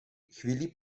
chvíli